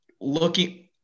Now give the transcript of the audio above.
looking